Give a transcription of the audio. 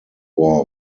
war